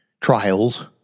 trials